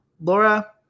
Laura